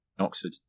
Oxford